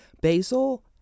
Basil